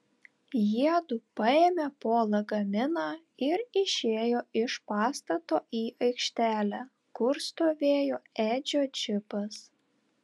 jiedu paėmė po lagaminą ir išėjo iš pastato į aikštelę kur stovėjo edžio džipas